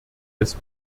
des